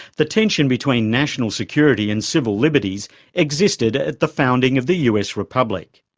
the tension between national security and civil liberties existed at the founding of the us republic.